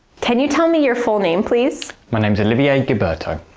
can you tell me your full name, please? my name's olivier guiberteau.